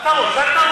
לא, לא צריך.